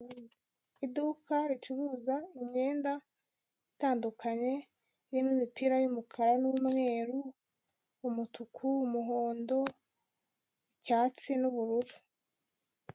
Iduka ricuruza imyenda itandukanye irimo imipira y'umukara n'umweru, umutuku, umuhondo, icyatsi n'ubururu.